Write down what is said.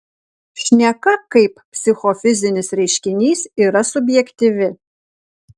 šneka kaip psichofizinis reiškinys yra subjektyvi